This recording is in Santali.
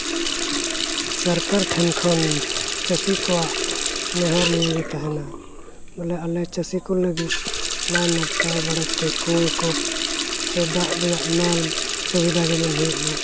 ᱥᱚᱨᱠᱟᱨ ᱴᱷᱮᱱ ᱠᱷᱚᱱ ᱪᱟᱹᱥᱤ ᱠᱚᱣᱟᱜ ᱱᱮᱦᱚᱨ ᱱᱤᱭᱟᱹ ᱜᱮ ᱛᱟᱦᱮᱱᱟ ᱵᱚᱞᱮ ᱟᱞᱮ ᱪᱟᱹᱥᱤ ᱠᱚ ᱞᱟᱹᱜᱤᱫ ᱱᱟᱭ ᱱᱟᱯᱟᱭ ᱵᱟᱲᱮᱛᱮ ᱠᱩᱸᱭᱟᱹ ᱠᱚ ᱥᱮ ᱫᱟᱜ ᱨᱮᱭᱟ ᱱᱚᱞ ᱥᱩᱵᱤᱫᱟ ᱡᱮᱢᱚᱱ ᱦᱩᱭᱩᱜᱼᱢᱟ